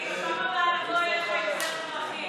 בפעם הבאה נבוא אליך עם זר פרחים.